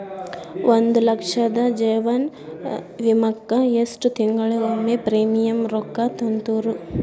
ಒಂದ್ ಲಕ್ಷದ ಜೇವನ ವಿಮಾಕ್ಕ ಎಷ್ಟ ತಿಂಗಳಿಗೊಮ್ಮೆ ಪ್ರೇಮಿಯಂ ರೊಕ್ಕಾ ತುಂತುರು?